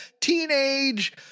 teenage